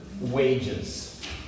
wages